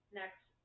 next